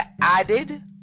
added